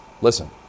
Listen